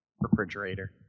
Refrigerator